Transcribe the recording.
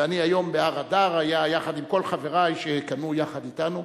ואני היום בהר-אדר, יחד עם כל חברי שקנו יחד אתנו,